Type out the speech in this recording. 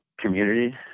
community